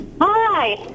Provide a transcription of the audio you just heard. Hi